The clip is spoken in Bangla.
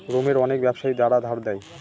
রোমের অনেক ব্যাবসায়ী যারা ধার দেয়